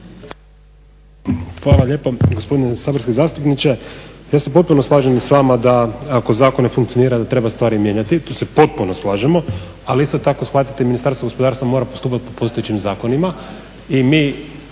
Hvala lijepo. Gospodine saborski zastupniče ja se potpuno slažem s vama da ako zakon ne funkcionira da treba stvari mijenjati, tu se potpuno slažemo ali isto tako shvatite, Ministarstvo gospodarstva mora postupati po postojećim zakonima